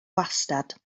wastad